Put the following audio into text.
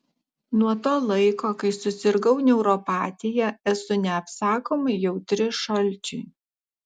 nuo to laiko kai susirgau neuropatija esu neapsakomai jautri šalčiui